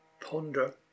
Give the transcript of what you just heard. ponder